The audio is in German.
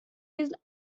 wesen